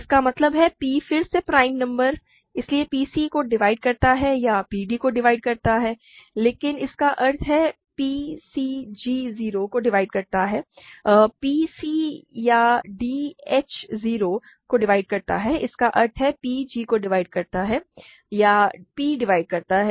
इसका मतलब है p फिर से प्राइम नंबर इसलिए p c को डिवाइड करता है या p d को डिवाइड करता है लेकिन इसका अर्थ है p c g 0 को डिवाइड करता है या p c या d h 0 को डिवाइड करता है इसका अर्थ है p g को डिवाइड करता है या p डिवाइड करता है